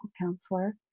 counselor